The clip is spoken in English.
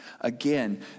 again